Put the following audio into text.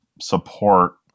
support